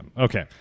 Okay